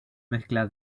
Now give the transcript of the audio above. mezcla